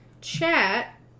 chat